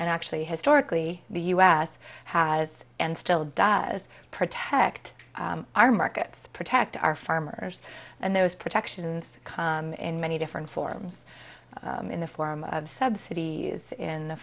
and actually historically the u s has and still does protect our markets protect our farmers and those protections come in many different forms in the form of subsidy in the